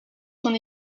son